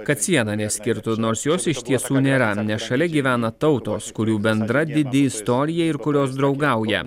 kad siena neskirtų nors jos ištiesų nėra nes šalia gyvena tautos kurių bendra didi istorija ir kurios draugauja